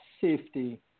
safety